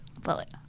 Bullet